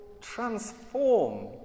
transform